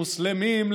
מוסלמים,